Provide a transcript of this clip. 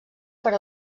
per